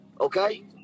Okay